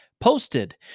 posted